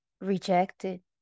rejected